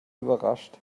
überrascht